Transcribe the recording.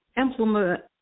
implement